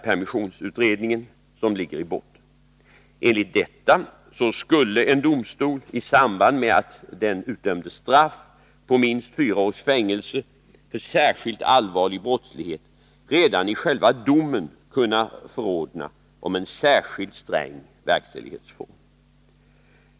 permissionsutredningen — som ligger i botten. Enligt detta skulle en domstol i samband med att den utdömde straff på minst fyra års fängelse för särskilt allvarlig brottslighet redan i själva domen kunna förordna om en särskilt sträng verkställighetsform.